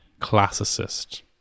classicist